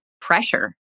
pressure